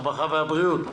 הרווחה והבריאות.